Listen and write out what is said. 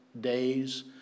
days